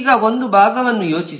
ಈಗ ಒಂದು ಭಾಗವನ್ನು ಯೋಚಿಸಿ